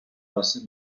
bassin